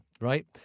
right